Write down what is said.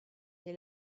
que